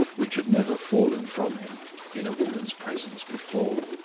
which had never fallen from him in a woman's presence before,